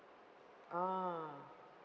ah